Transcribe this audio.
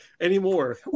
anymore